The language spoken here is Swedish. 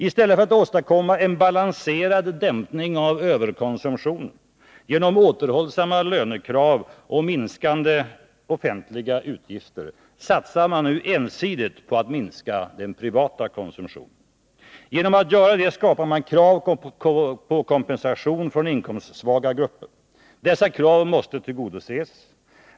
I stället för att åstadkomma en balanserad dämpning av överkonsumtionen genom återhållsamma lönekrav och minskande offentliga utgifter satsar man nu ensidigt på att minska den privata konsumtionen. Genom att göra det skapar man krav på kompensation från inkomstsvaga grupper. Dessa krav måste tillgodoses.